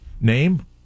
name